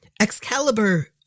excalibur